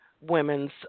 women's